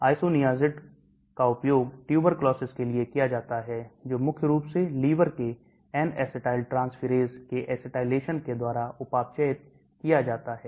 isoniazid isoniazid उपयोग tuberculosis के लिए किया जाता है जो मुख्य रूप से लीवर के N acetyltransferase के acetylation के द्वारा उपापचयत किया जाता है